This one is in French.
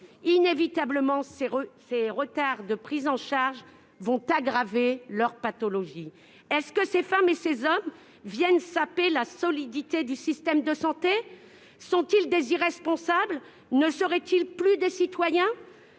Inévitablement, ces retards de prise en charge vont aggraver leurs pathologies. Ces femmes et ces hommes viennent-ils saper la solidité du système de santé ? Sont-ils des irresponsables ? Ne seraient-ils plus des citoyens ?